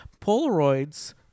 Polaroids